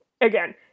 again